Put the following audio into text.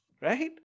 right